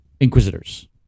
Inquisitors